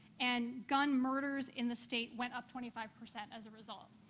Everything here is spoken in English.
and gun murders in the state went up twenty five percent as a result.